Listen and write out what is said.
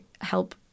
help